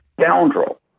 Scoundrel